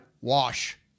wash